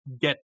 get